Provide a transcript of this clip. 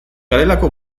garelako